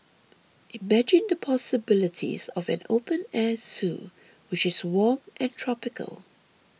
imagine the possibilities of an open air zoo which is warm and tropical